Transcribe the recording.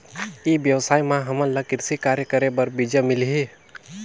ई व्यवसाय म हामन ला कृषि कार्य करे बर बीजा मिलही?